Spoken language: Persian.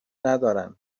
ندارن